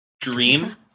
Dream